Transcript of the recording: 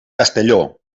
castelló